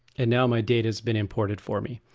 and now my date has been imported for me.